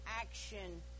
action